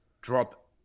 drop